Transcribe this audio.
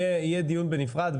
יהיה דיון בנפרד,